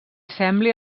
sembli